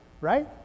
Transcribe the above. right